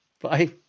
Bye